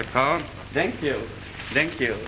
the car thank you thank you